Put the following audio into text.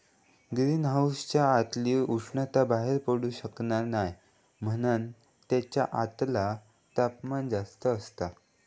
green हाउसच्या आतली उष्णता बाहेर पडू शकना नाय म्हणान तेच्या आतला तापमान जास्त असता